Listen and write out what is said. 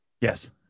yes